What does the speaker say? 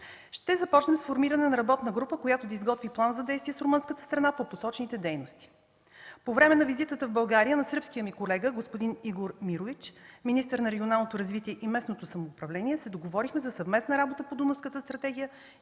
Ще започна с формиране на работна група, която да изготви план за действие с румънската страна по посочените дейности. По време на визитата в България на сръбския ми колега господин Игор Мирович – министър на регионалното развитие и местното самоуправление, се договорихме за съвместна работа по Дунавската стратегия